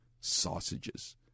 sausages